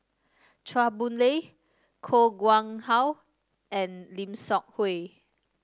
Chua Boon Lay Koh Nguang How and Lim Seok Hui